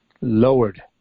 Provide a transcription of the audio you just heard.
lowered